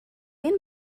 mean